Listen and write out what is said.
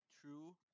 true